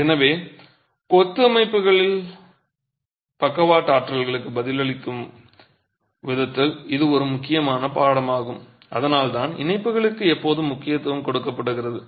எனவே கொத்து கட்டமைப்புகள் பக்கவாட்டு ஆற்றல்களுக்கு பதிலளிக்கும் விதத்தில் இது ஒரு முக்கியமான பாடமாகும் அதனால்தான் இணைப்புகளுக்கு எப்போதும் முக்கியத்துவம் கொடுக்கப்படுகிறது